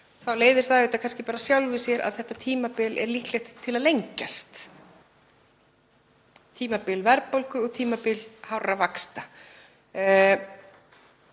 þá leiðir það auðvitað af sjálfu sér að þetta tímabil er líklegt til að lengjast, tímabil verðbólgu og tímabil hárra vaxta.